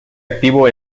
activo